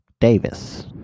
Davis